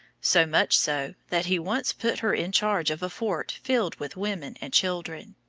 so much so, that he once put her in charge of a fort filled with women and children.